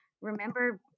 remember